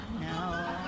No